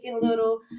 little